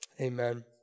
Amen